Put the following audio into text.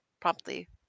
promptly